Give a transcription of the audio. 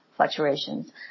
Fluctuations